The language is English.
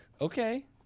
Okay